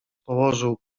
położył